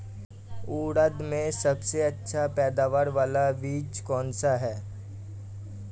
उड़द में सबसे अच्छा पैदावार वाला बीज कौन सा है?